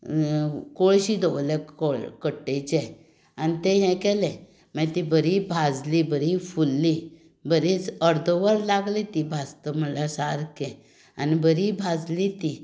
कोळशी दवरले कट्टेचे आनी ते हें केलें मागीर ती बरी भाजली बरी फुल्ली अर्दवर लागलें ती भाजता म्हणल्यार सारकें आनी बरी भाजली ती